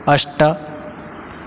अष्ट